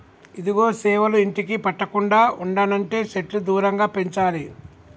ఇదిగో సేవలు ఇంటికి పట్టకుండా ఉండనంటే సెట్లు దూరంగా పెంచాలి